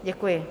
Děkuji.